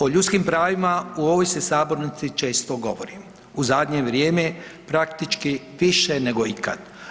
O ljudskim pravima u ovoj se sabornici često govori u zadnje vrijeme praktički više nego ikad.